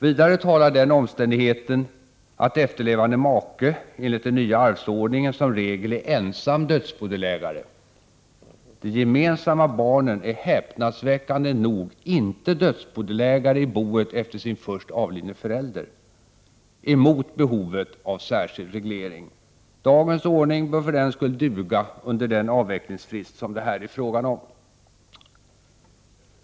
Vidare talar den omständigheten, att efterlevande make enligt den nya arvsordningen som regel är ensam dödsbodelägare — de gemensamma barnen är häpnadsväckande nog icke dödsbodelägare i boet efter sin först avlidne förälder — emot behovet av särskild reglering. Dagens ordning bör för den skull duga under den avvecklingsfrist som det här är fråga om.